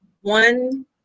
one